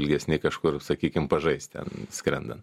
ilgesni kažkur sakykim pažaisti skrendant